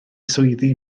swyddi